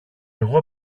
εγώ